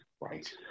Right